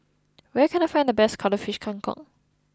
where can I find the best Cuttlefish Kang Kong